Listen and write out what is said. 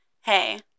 hey